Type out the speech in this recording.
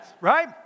right